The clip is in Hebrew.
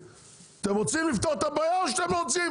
אתם רוצים לפתור את הבעיה או שאתם רוצים